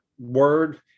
word